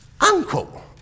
Uncle